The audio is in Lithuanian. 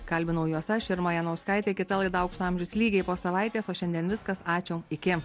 kalbinau juos aš irma janauskaitė kita laida aukso amžius lygiai po savaitės o šiandien viskas ačiū iki